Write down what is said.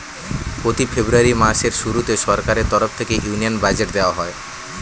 প্রতি ফেব্রুয়ারি মাসের শুরুতে সরকারের তরফ থেকে ইউনিয়ন বাজেট দেওয়া হয়